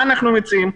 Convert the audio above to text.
מה אנחנו מציעים?